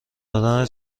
دادن